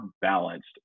balanced